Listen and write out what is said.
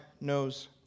knows